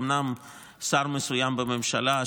אומנם שר מסוים בממשלה,